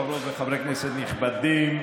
חברות וחברי כנסת נכבדים,